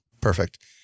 Perfect